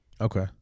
Okay